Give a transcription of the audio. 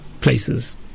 places